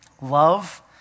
Love